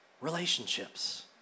relationships